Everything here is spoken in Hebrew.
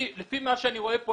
לפי מה שאני רואה כאן,